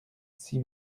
six